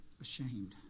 ashamed